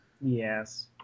Yes